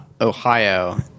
Ohio